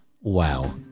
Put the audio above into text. Wow